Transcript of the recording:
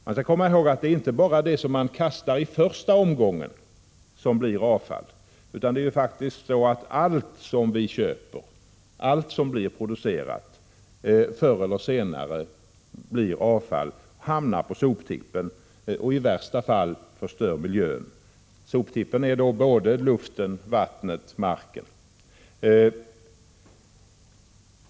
Man skall komma ihåg att det inte bara är det som i första omgången kastas som blir avfall — det är faktiskt så att allt som vi köper, allt som blir producerat, förr eller senare blir avfall, hamnar på soptippen och förstör miljön. ”Soptippen” är då luften, vattnet och marken.